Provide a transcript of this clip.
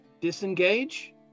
disengage